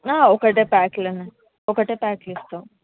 ఒకటే ప్యాక్లోనే ఒకటే ప్యాక్లు ఇస్తాము